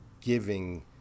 giving